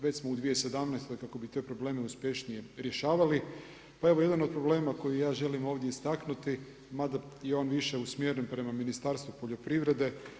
Već smo u 2017. kako bi te probleme uspješnije rješavali, pa jedan od problema koji ja želim ovdje istaknuti, mada je on više usmjeren prema Ministarstvu poljoprivrede.